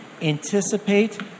anticipate